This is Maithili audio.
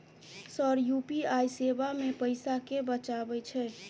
सर यु.पी.आई सेवा मे पैसा केँ बचाब छैय?